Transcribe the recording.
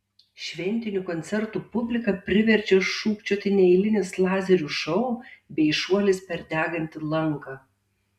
šventinių koncertų publiką priverčia šūkčioti neeilinis lazerių šou bei šuolis per degantį lanką